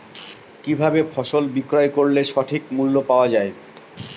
কি ভাবে ফসল বিক্রয় করলে সঠিক মূল্য পাওয়া য়ায়?